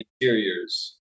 interiors